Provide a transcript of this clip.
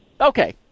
Okay